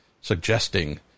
suggesting